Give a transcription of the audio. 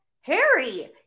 Harry